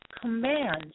command